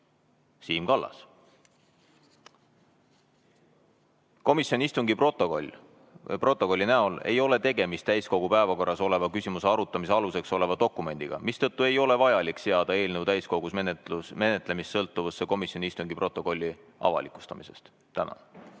vastu otsuse. Komisjoni istungi protokolli näol ei ole tegemist täiskogu päevakorras oleva küsimuse arutamise aluseks oleva dokumendiga, mistõttu ei ole vajalik seada eelnõu täiskogus menetlemist sõltuvusse komisjoni istungi protokolli avalikustamisest. Härra